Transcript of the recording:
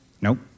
Nope